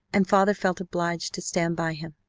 and father felt obliged to stand by him.